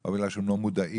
או בגלל שהם לא מודעים.